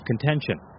contention